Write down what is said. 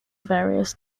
various